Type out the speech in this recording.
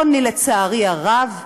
עוני, לצערי הרב,